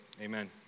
amen